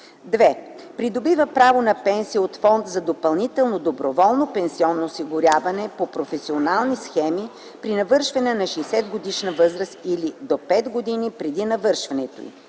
2. придобива право на пенсия от фонд за допълнително доброволно пенсионно осигуряване по професионални схеми при навършване на 60-годишна възраст или до 5 години преди навършването й;